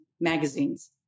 magazines